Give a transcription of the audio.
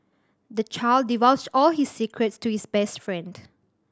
the child divulged all his secrets to his best friend